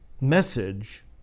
message